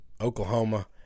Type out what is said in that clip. Oklahoma